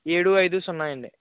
ఏడు ఐదు సున్నా అండి